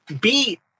beat